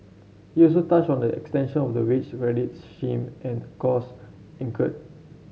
he also touched on the extension of the wage credit scheme and costs incurred